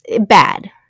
bad